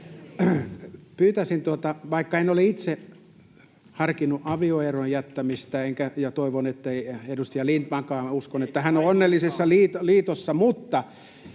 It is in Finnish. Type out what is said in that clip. potkulakia. Vaikka en ole itse harkinnut avioeron jättämistä, ja toivon, ettei edustaja Lindtmankaan — minä uskon, että hän on onnellisessa liitossa —